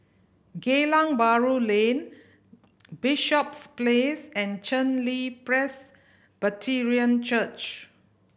Geylang Bahru Lane Bishops Place and Chen Li Presbyterian Church